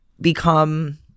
become